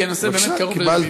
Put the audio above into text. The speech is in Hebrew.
כי הנושא באמת קרוב ללבי.